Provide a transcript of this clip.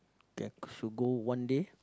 there should go one day